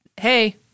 hey